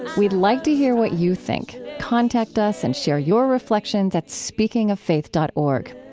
we'd like to hear what you think. contact us and share your reflections at speakingoffaith dot org.